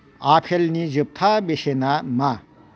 आफेलनि जोबथा बेसेना मा